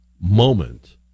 moment